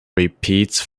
repeats